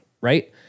right